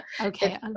Okay